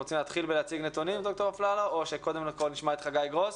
אתם רוצים להציג נתונים או שקודם נשמע את חגי גרוס?